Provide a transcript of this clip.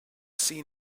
seen